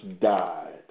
died